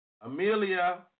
Amelia